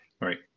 Right